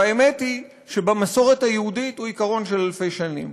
והאמת היא שבמסורת היהודית הוא עיקרון של אלפי שנים.